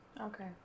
Okay